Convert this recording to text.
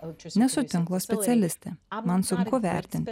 nesu tinko specialistė man sunku vertint